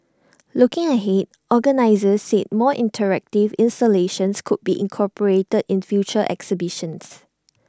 looking ahead organisers said more interactive installations could be incorporated in future exhibitions